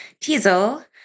teasel